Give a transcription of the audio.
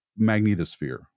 magnetosphere